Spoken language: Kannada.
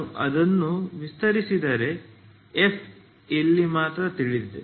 ನಾನು ಅದನ್ನು ವಿಸ್ತರಿಸಿದರೆ F ಇಲ್ಲಿ ಮಾತ್ರ ತಿಳಿದಿದೆ